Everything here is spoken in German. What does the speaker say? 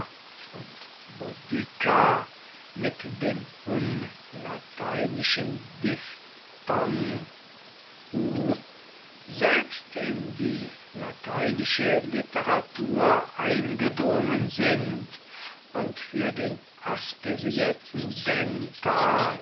und boudicca mit dem unlateinischen diphthong ou selbst in die lateinische literatur eingedrungen sind und für den aspirierten